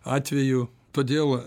atvejų todėl